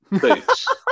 boots